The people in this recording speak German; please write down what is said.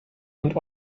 und